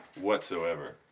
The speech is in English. whatsoever